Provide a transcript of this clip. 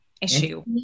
issue